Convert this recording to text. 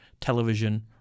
television